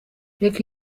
reka